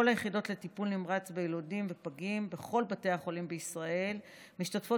כל היחידות לטיפול נמרץ ביילודים ופגים בכל בתי החולים בישראל משתתפות